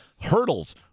hurdles